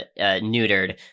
neutered